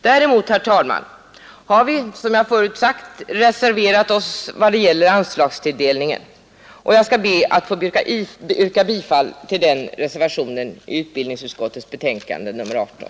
Däremot, herr talman, har vi som jag förut sagt reserverat oss i vad gäller anslagstilldelningen, och jag skall be att få yrka bifall till reservationen vid utbildningsutskottets betänkande nr 18.